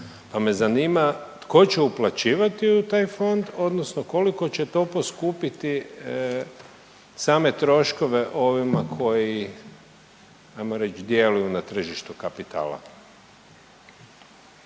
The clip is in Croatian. pa me zanima tko će uplaćivati u taj fond, odnosno koliko će to poskupiti same troškove ovima koji hajmo reći djeluju na tržištu kapitala?